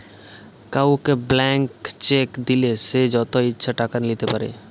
কাউকে blank cheque দিলে সে যত ইচ্ছা টাকা লিতে পারে